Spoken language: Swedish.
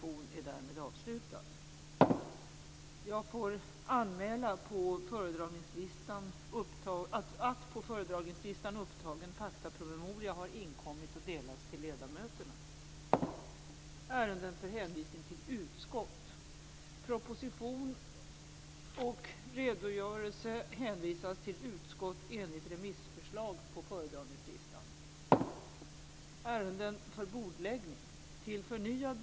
Det görs alltså. Jag sade just att det finns ett område där man kan fundera över om lagstiftningen är korrekt, och det är just i fråga om det är räddningsledaren som skall ta ut personal.